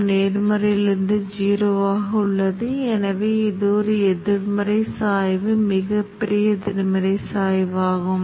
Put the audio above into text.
இப்போது இது உண்மையில் Io மின்னோட்டமாகும் எனவே நான் தூண்டல் மின்னோட்டத்தை அமைத்தால் அது இப்படியே பாயும்